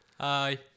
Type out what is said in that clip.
Hi